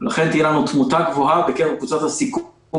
לכן תהיה לנו תמותה גבוהה בקרב קבוצת הסיכון